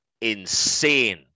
insane